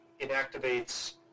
inactivates